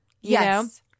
Yes